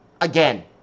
again